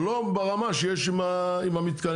אבל לא ברמה שיש עם המתקנים,